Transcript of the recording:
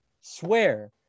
Swear